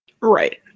Right